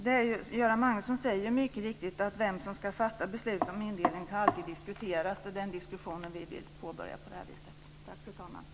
Göran Magnusson säger ju mycket riktigt att det alltid kan diskuteras vem som ska fatta beslut om indelning. Det är denna diskussion som vi vill påbörja på detta sätt.